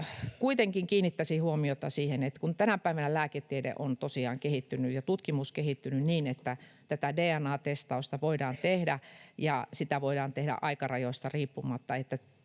kuitenkin kiinnittäisin huomiota siihen, kun tänä päivänä lääketiede ja tutkimus ovat tosiaan kehittyneet niin, että tätä DNA-testausta voidaan tehdä ja sitä voidaan tehdä aikarajoista riippumatta,